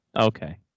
Okay